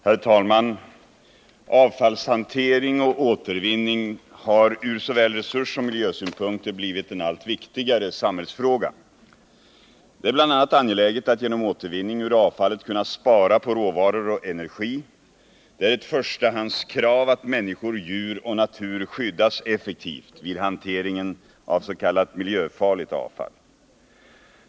Herr talman! Avfallshantering och återvinning har från såväl resurssom miljösynpunkter blivit en allt viktigare samhällsfråga. Det är bl.a. angeläget att genom återvinning ur avfallet kunna spara på råvaror och energi. Det är ett förstahandskrav att människor, djur och natur skyddas effektivt vid hanteringen av s.k. miljöfarligt avfall.